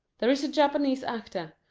there is a japanese actor,